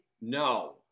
No